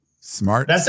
Smart